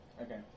Okay